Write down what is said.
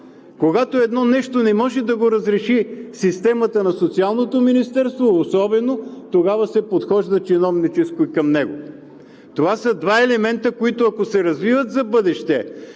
Когато едно нещо не може да го разреши системата на Социалното министерство, особено тогава, се подхожда чиновнически към него. Това са два елемента, които, ако се развиват за в бъдеще,